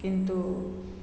କିନ୍ତୁ